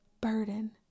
burden